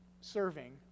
serving